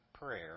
prayer